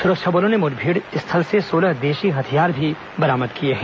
सुरक्षा बलों ने मुठभेड़ स्थल से सोलह देशी हथियार भी बरामद किए हैं